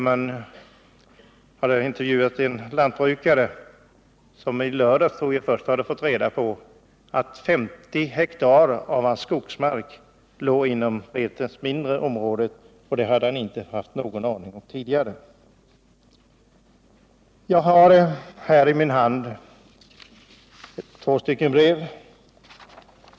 Man intervjuade en lantbrukare som först i lördags hade fått reda på att 50 hektar av hans skogsmark låg inom Vreten mindres område. Det hade han inte haft någon aning om tidigare. Jag har här i min hand två brev.